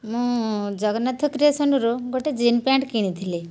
ମୁଁ ଜଗନ୍ନାଥ କ୍ରିଏସନ୍ରୁ ଗୋଟେ ଜିନ୍ ପ୍ୟାଣ୍ଟ କିଣିଥିଲି